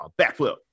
backflip